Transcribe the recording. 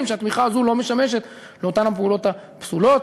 שהתמיכה הזו לא משמשת לאותן הפעולות הפסולות,